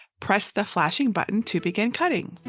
press the flashing button to begin cutting